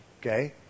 Okay